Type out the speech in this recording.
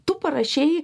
tu parašei